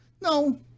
No